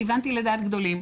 כיוונתי לדעת גדולים.